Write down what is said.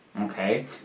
okay